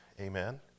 Amen